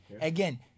Again